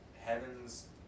Heaven's